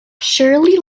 shirley